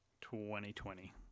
2020